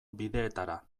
bideetara